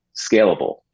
scalable